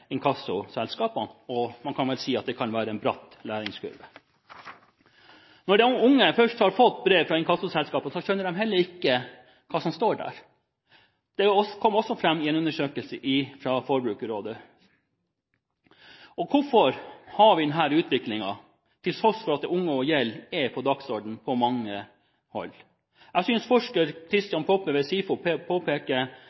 inkassoselskapene, og man kan vel si at det kan være en bratt læringskurve. Når de unge først har fått brev fra inkassoselskapet, skjønner de heller ikke hva som står der. Det kom også fram i en undersøkelse fra Forbrukerrådet. Hvorfor har vi denne utviklingen, til tross for at unge og gjeld er på dagsordenen på mange hold? Jeg synes forsker